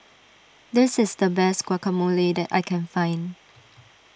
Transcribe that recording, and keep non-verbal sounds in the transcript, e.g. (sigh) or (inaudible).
(noise) this is the best Guacamole that I can find